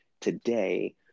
today